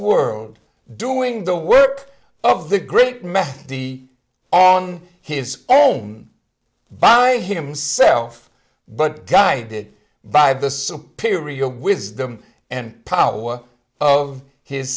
world doing the work of the great men the on his own by himself but guided by the superior wisdom and power of his